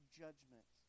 judgment